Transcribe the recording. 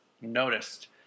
noticed